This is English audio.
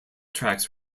tracks